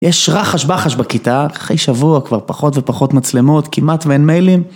יש רחש בחש בכיתה, אחרי שבוע כבר פחות ופחות מצלמות, כמעט ואין מיילים.